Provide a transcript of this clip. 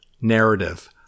narrative